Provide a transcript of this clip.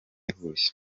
huye